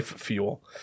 fuel